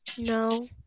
No